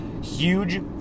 huge